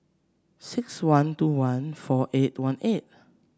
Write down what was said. six one two one four eight one eight